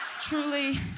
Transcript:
Truly